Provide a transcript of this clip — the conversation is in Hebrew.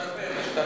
השתפר, השתפר.